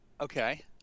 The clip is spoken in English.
okay